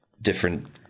different